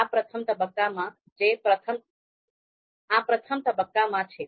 આ પ્રથમ તબક્કામાં છે